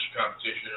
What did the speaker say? competition